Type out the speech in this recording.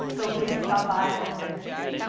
so please stop by on thursday.